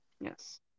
Yes